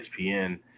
ESPN